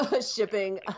Shipping